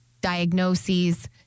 diagnoses